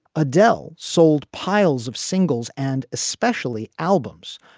adele sold piles of singles and especially albums,